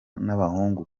n’abahungu